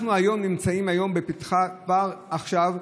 אנחנו היום נמצאים בפתח, כבר עכשיו,